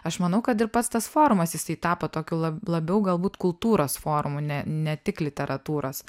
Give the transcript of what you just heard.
aš manau kad ir pats tas forumas jisai tapo tokiu labiau galbūt kultūros forumu ne ne tik literatūros